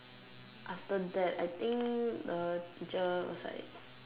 after that I think the teacher was like